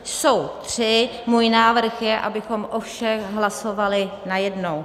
Jsou tři, můj návrh je, abychom o všech hlasovali najednou.